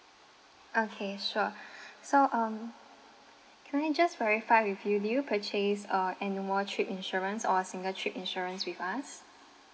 okay sure so um can I just verify with you did you purchase uh annual trip insurance or single trip insurance with us